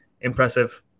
impressive